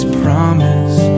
promise